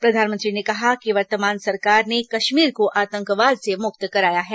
प्रधानमंत्री ने कहा कि वर्तमान सरकार ने कश्मीर को आतंकवाद से मुक्त कराया है